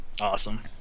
Awesome